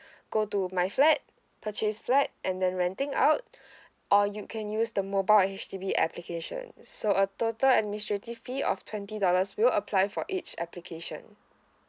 go to my flat purchase flat and then renting out or you can use the mobile H_D_B application so a total administrative fee of twenty dollars will apply for each application